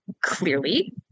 clearly